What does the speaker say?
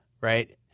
Right